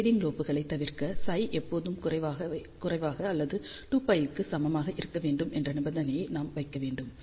grating லோப்களைத் தவிர்க்க ψஎப்போதும் குறைவாக அல்லது 2π க்கு சமமாக இருக்க வேண்டும் என்ற நிபந்தனையை நாம் வைக்க வேண்டும்